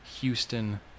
Houston